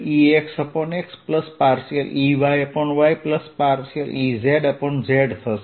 E xyzEx∂xEy ∂yEz∂z થશે